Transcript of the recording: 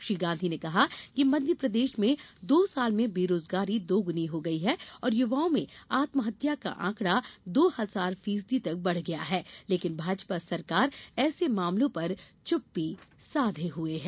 श्री गांधी ने कहा कि मध्यप्रदेश में दो साल में बेराजगारी दोग्नी हो गई है और युवाओं में आत्महत्या का आंकड़ा दो हजार फीसदी तक बढ़ गया है लेकिन भाजपा सरकार ऐसे मामलों पर चुप्पी साधे हुए है